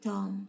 Tom